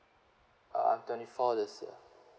uh I'm twenty four this year